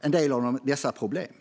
en del av dessa problem.